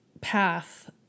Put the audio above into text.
path